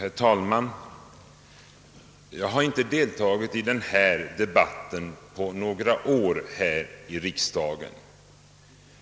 Herr talman! Jag har inte deltagit i den här debatten på några år här i riksdagen.